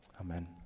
amen